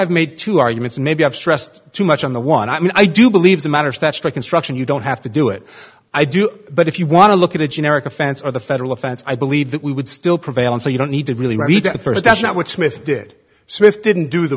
i've made two arguments maybe i've stressed too much on the one i mean i do believe the matters that construction you don't have to do it i do but if you want to look at a generic offense or the federal offense i believe that we would still prevail and so you don't need to really read it first that's not what smith did so this didn't do the